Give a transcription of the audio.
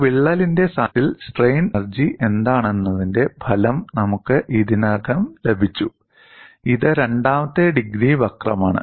ഒരു വിള്ളലിന്റെ സാന്നിധ്യത്തിൽ സ്ട്രെയിൻ എനർജി എന്താണെന്നതിന്റെ ഫലം നമുക്ക് ഇതിനകം ലഭിച്ചു ഇത് രണ്ടാമത്തെ ഡിഗ്രി വക്രമാണ്